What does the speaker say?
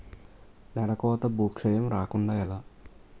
నేలకోత భూక్షయం రాకుండ ఎలా?